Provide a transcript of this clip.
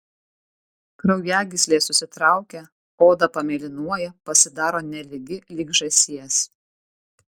kraujagyslės susitraukia oda pamėlynuoja pasidaro nelygi lyg žąsies